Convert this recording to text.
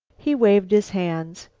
he waved his hands.